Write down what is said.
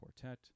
quartet